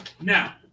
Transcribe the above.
Now